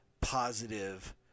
positive